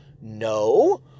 No